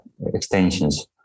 extensions